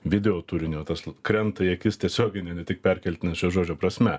video turinio tas krenta į akis tiesiogine ne tik perkeltine šio žodžio prasme